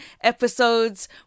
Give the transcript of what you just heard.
episodes